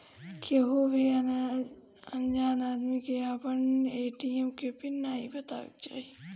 केहू भी अनजान आदमी के आपन ए.टी.एम के पिन नाइ बतावे के चाही